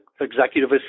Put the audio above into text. executive